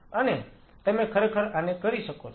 અને તમે ખરેખર આને કરી શકો છો